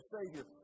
Savior